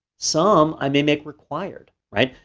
some i may make required, right.